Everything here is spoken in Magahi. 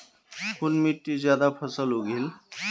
कुन मिट्टी ज्यादा फसल उगहिल?